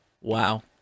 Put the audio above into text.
Wow